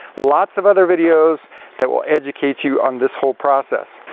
lots of other videos that will educate you on this whole process.